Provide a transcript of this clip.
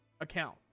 account